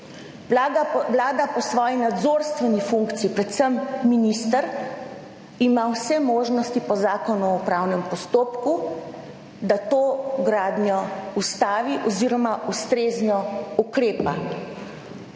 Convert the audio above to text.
Vlada po svoji nadzorstveni funkciji, predvsem minister, ima vse možnosti po Zakonu o upravnem postopku, da to gradnjo ustavi oziroma ustrezno ukrepa.